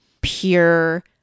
pure